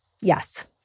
Yes